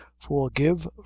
FORGIVE